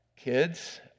Kids